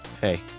Hey